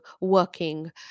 working